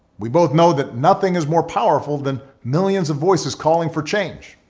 we both know that nothing is more powerful than millions of voices calling for change.